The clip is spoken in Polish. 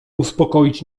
uspokoić